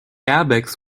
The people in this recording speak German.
airbags